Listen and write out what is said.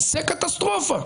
זה קטסטרופה.